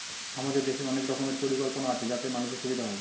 আমাদের দেশের অনেক রকমের পরিকল্পনা আছে যাতে মানুষের সুবিধা হয়